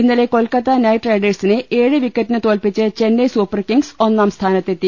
ഇന്നലെ കൊൽക്കത്ത നൈറ്റ് റൈഡേഴ്സിനെ ഏഴ് വിക്കറ്റിന് തോൽപിച്ച് ചെന്നൈ സൂപ്പർ കിങ്സ് ഒന്നാം സ്ഥാനത്തെത്തി